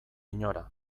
inora